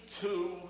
Two